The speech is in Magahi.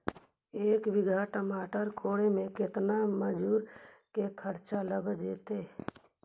एक बिघा टमाटर कोड़े मे केतना मजुर के खर्चा लग जितै?